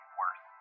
worse